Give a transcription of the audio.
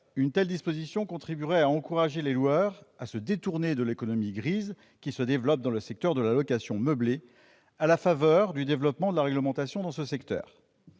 une telle disposition contribuerait à encourager les loueurs à se détourner de l'économie grise, qui se développe dans le secteur de la location meublée, à la faveur du développement de la réglementation dans ce secteur.